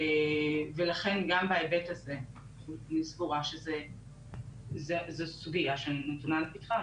ולכן גם בהיבט הזה אני סבורה שזו סוגיה שנמצאת לפתחם.